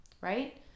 right